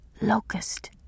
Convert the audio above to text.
locust